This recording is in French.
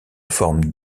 forme